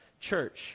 church